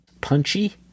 punchy